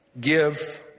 Give